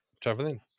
traveling